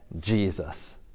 Jesus